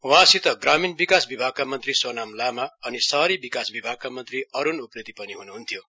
वहाँसित ग्रामीण विकास विभागका मन्त्री सोनाम लामा अनि शहरी विकाश विभागका मन्त्री अरूण उप्रेती पनि हनुहन्थ्यो